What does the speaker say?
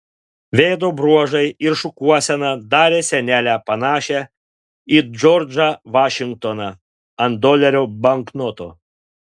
veido bruožai ir šukuosena darė senelę panašią į džordžą vašingtoną ant dolerio banknoto